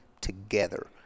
together